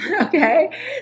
Okay